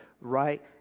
right